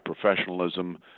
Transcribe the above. professionalism